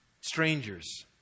strangers